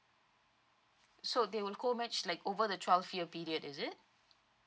so they will co match like over the twelve year period is it